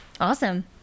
awesome